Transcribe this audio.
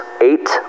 eight